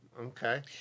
Okay